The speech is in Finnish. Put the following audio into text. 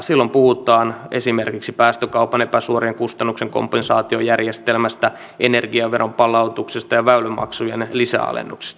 silloin puhutaan esimerkiksi päästökaupan epäsuorien kustannusten kompensaatiojärjestelmästä energiaveron palautuksesta ja väylämaksujen lisäalennuksista